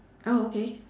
oh okay